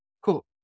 cool